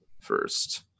first